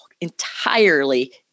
entirely